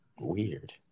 weird